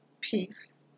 peace